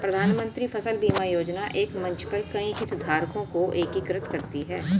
प्रधानमंत्री फसल बीमा योजना एक मंच पर कई हितधारकों को एकीकृत करती है